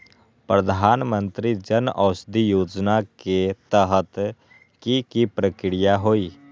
प्रधानमंत्री जन औषधि योजना के तहत की की प्रक्रिया होई?